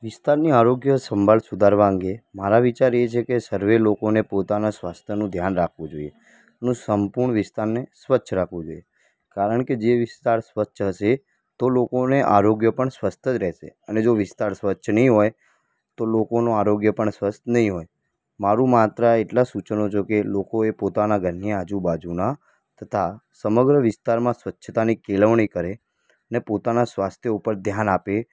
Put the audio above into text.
વિસ્તારની આરોગ્ય સંભાળ સુધારવા અંગે મારા વિચાર એ છે કે સર્વે લોકોને પોતાનાં સ્વાસ્થ્યનું ધ્યાન રાખવું જોઇએ એનું સંપૂર્ણ વિસ્તારને સ્વચ્છ રાખવો જોઇએ કારણ કે જે વિસ્તાર સ્વચ્છ હશે તો લોકોને આરોગ્ય પણ સ્વસ્થ જ રહેશે અને જો વિસ્તાર સ્વચ્છ નહીં હોય તો લોકોનું આરોગ્ય પણ સ્વચ્છ નહીં હોય મારૂં માત્ર આ એટલાં સૂચનો છે કે લોકોએ પોતાના ઘરની આજુબાજુના તથા સમગ્ર વિસ્તારમાં સ્વચ્છતાની કેળવણી કરે અને પોતાના સ્વાસ્થ્ય ઉપર ધ્યાન આપે